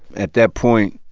at that point,